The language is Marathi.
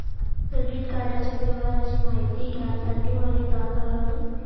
क्रेडिट कार्डाच्या व्यवहाराची मायती घ्यासाठी मले का करा लागन?